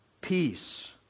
peace